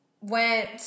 went